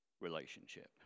relationship